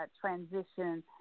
transition